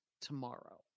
tomorrow